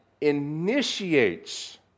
initiates